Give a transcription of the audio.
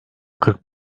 kırk